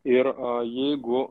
ir a jeigu